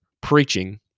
preaching